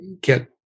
get